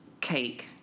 Cake